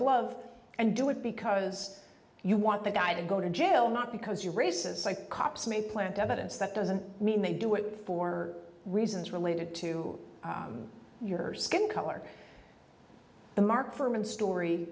glove and do it because you want the guy to go to jail not because you races cops may plant evidence that doesn't mean they do it for reasons related to your skin color the mark furhman story